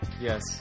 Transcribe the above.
Yes